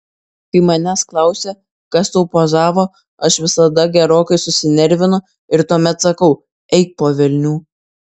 kai manęs klausia kas tau pozavo aš visada gerokai susinervinu ir tuomet sakau eik po velnių